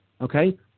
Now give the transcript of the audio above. okay